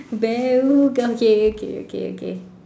bell okay okay okay okay